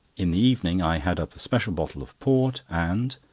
in the evening i had up a special bottle of port, and,